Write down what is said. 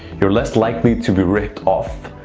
you're less likely to be ripped off.